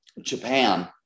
Japan